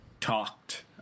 talked –